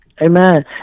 Amen